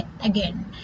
again